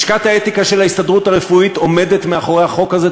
לשכת האתיקה של ההסתדרות הרפואית עומדת מאחורי החוק הזה,